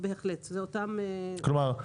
כלומר,